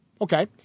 Okay